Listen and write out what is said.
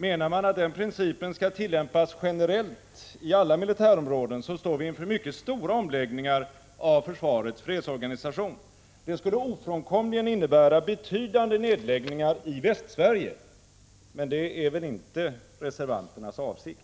Menar man att den principen skall tillämpas generellt i alla militärområden, står vi inför mycket stora omläggningar av försvarets fredsorganisation. Det skulle ofrånkomligen innebära betydande nedläggningar i Västsverige — men det är väl inte reservanternas avsikt.